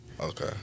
Okay